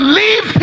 leave